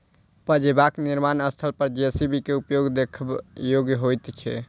पजेबाक निर्माण स्थल पर जे.सी.बी के उपयोग देखबा योग्य होइत छै